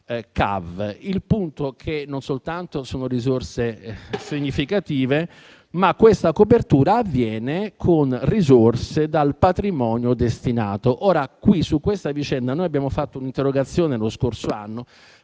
Il punto è che non soltanto sono risorse significative, ma questa copertura avviene con risorse tratte dal patrimonio destinato. Su questa vicenda abbiamo presentato un'interrogazione lo scorso anno,